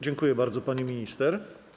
Dziękuję bardzo, pani minister.